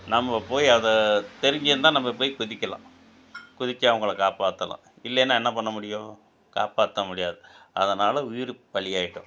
நம்ம போய் அதை தெரிஞ்சுருந்தா நம்ம போய் குதிக்கலாம் குதித்து அவங்கள காப்பாற்றலாம் இல்லைனா என்ன பண்ண முடியும் காப்பாற்ற முடியாது அதனால் உயிர் பலி ஆயிடும்